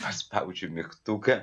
paspaudžiu mygtuką